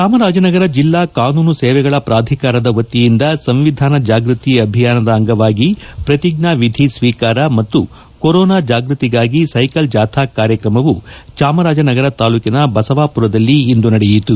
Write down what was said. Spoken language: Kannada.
ಚಾಮರಾಜನಗರ ಜಿಲ್ಲಾ ಕಾನೂನು ಸೇವೆಗಳ ಪ್ರಾಧಿಕಾರದ ವತಿಯಿಂದ ಸಂವಿಧಾನ ಜಾಗೃತಿ ಅಭಿಯಾನ ಅಂಗವಾಗಿ ಪ್ರತಿಜ್ಞಾ ವಿಧಿ ಸ್ವೀಕಾರ ಮತ್ತು ಕೊರೊನಾ ಜಾಗೃತಿಗಾಗಿ ಸೈಕಲ್ ಜಾಥಾ ಕಾರ್ಯಕ್ರಮವು ಚಾಮರಾಜನಗರ ತಾಲ್ಲೂಕಿನ ಬಸವಾಪುರದಲ್ಲಿಂದು ನಡೆಯಿತು